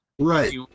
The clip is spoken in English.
Right